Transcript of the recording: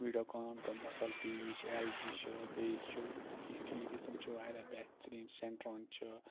Videocon تِم اَصٕل TV چھِ ایل جی چھِ بیٚیہِ چھ کیٚنٛہہ ٹی وی تِم چھِ واریاہ بہتریٖن سیٚنٹرٛان چھُ